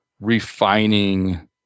refining